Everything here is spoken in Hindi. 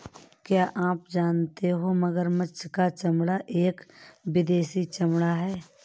क्या आप जानते हो मगरमच्छ का चमड़ा एक विदेशी चमड़ा है